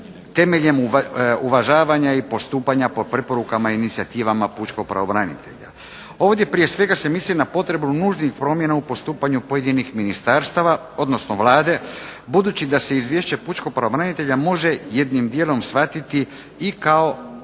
temeljem uvažavanja i postupanja po preporukama i inicijativama pučkog pravobranitelja. Ovdje prije svega se misli na potrebu nužnih promjena u postupanju pojedinih ministarstava, odnosno Vlade budući da se Izvješće pučkog pravobranitelja može jednim dijelom shvatiti i kao,